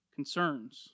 Concerns